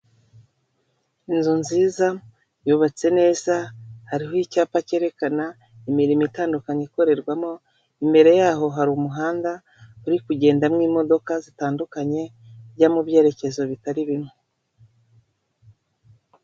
Inzu nziza yubatse neza hariho icyapa cyerekana imirimo itandukanye ikorerwamo imbere yaho hari umuhanda uri kugendamo imodoka zitandukanye zijya mu byerekezo bitari bimwe .